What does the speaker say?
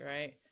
right